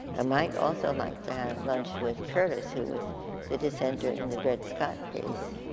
ah might also like to have lunch with curtis who was the dissenter in the dread-scott case.